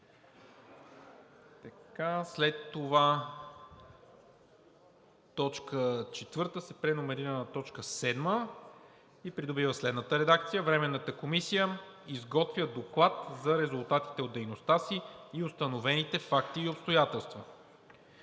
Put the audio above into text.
Точка 4 се преномерира на т. 7 и придобива следната редакция: „Временната комисия изготвя доклад за резултатите от дейността си и установените факти и обстоятелства.“